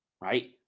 right